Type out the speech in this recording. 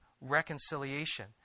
reconciliation